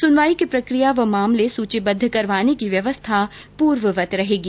सुनवाई की प्रक्रिया व मामले सूचीबद्द करवाने की व्यवस्था पूर्ववत ही रहेगी